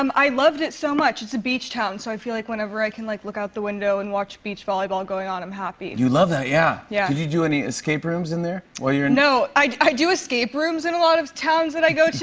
um i loved it so much. it's a beach town, so i feel like, whenever i can, like, look out the window and watch beach volleyball going on, i'm happy. you love that, yeah yeah. did you do any escape rooms in there? no, i do escape rooms in a lot of towns that i go to.